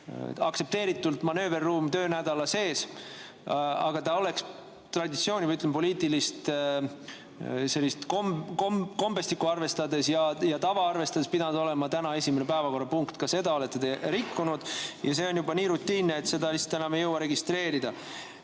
aktsepteeritult manööverruum töönädala sees. Aga ta oleks traditsiooni, või ütleme, poliitilist kombestikku ja tava arvestades pidanud olema täna esimene päevakorrapunkt. Ka seda olete te rikkunud ja see on juba nii rutiinne, et seda lihtsalt enam ei jõua registreerida.